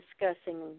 discussing